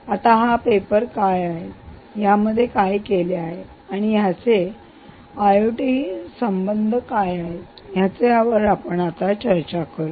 आता हा पेपर काय आहे यामध्ये काय केले आहे आणि याचे आयओटी काय संबंध आहे यावर आपण आता चर्चा करूया